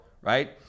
right